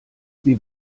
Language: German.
sie